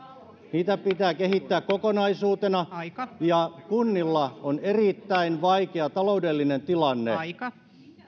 pitää kehittää kokonaisuutena ja kunnilla on erittäin vaikea taloudellinen tilanne